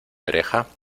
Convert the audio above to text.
oreja